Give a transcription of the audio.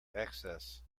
access